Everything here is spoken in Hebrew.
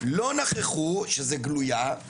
לא נכחו שזה גלויה,